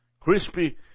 crispy